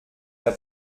der